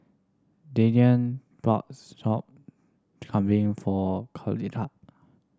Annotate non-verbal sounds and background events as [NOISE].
Dylan bought Sop Kambing for [UNINTELLIGIBLE]